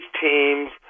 teams